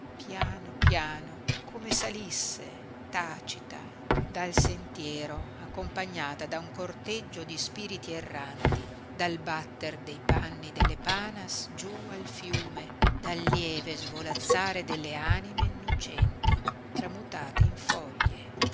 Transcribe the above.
piano piano come salisse tacita dal sentiero accompagnata da un corteggio di spiriti erranti dal batter dei panni delle panas giú al fiume dal lieve svolazzare delle anime innocenti tramutate in foglie